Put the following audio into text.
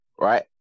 Right